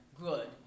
good